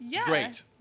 Great